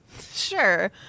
Sure